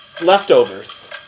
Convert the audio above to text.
leftovers